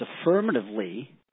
affirmatively